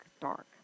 dark